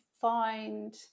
find